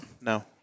No